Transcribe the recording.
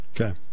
Okay